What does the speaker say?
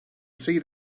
see